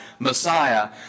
Messiah